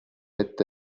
ette